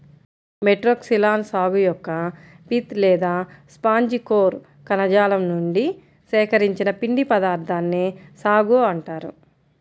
Metroxylon సాగు యొక్క pith లేదా స్పాంజి కోర్ కణజాలం నుండి సేకరించిన పిండి పదార్థాన్నే సాగో అంటారు